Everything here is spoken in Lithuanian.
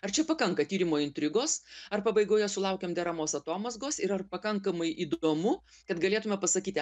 ar čia pakanka tyrimo intrigos ar pabaigoje sulaukiam deramos atomazgos ir ar pakankamai įdomu kad galėtumėme pasakyti